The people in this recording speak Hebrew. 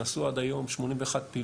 נעשו עד היום 81 פעילויות.